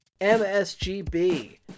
MSGB